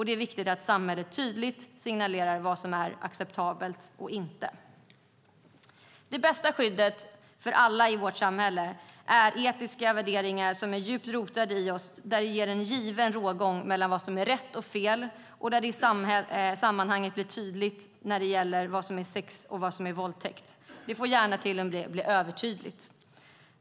Det är viktigt att samhället tydligt signalerar vad som är acceptabelt och inte. Det bästa skyddet för alla i vårt samhälle är etiska värderingar som är djupt rotade i oss med en given rågång mellan vad som är rätt och fel och där det i sammanhanget blir tydligt vad som är sex och vad som är våldtäkt. Det får till och med gärna blir övertydligt.